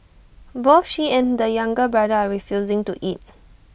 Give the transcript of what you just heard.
both she and the younger brother are refusing to eat